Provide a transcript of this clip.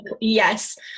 Yes